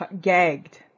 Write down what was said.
gagged